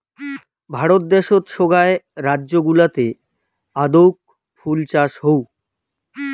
ভারত দ্যাশোত সোগায় রাজ্য গুলাতে আদৌক ফুল চাষ হউ